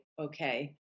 okay